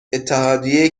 اتحادیه